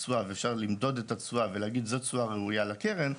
תשואה ואפשר למדוד את התשואה ולהגיד שזאת תשואה ראויה לקרן,